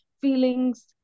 feelings